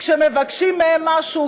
כשמבקשים מהם משהו,